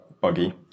buggy